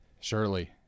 Surely